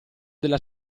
della